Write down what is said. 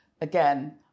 again